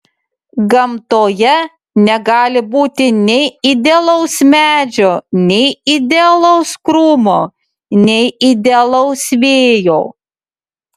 gamtoje negali būti nei idealaus medžio nei idealaus krūmo nei idealaus vėjo